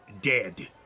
dead